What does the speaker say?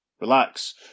relax